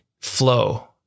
flow